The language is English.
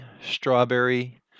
strawberry